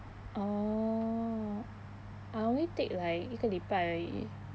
oh I only take like 一个礼拜而已